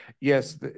Yes